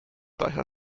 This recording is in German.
daher